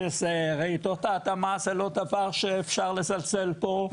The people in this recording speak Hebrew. רעידות האדמה זה לא דבר שאפשר לזלזל פה.